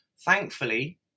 thankfully